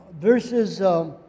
verses